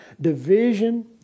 division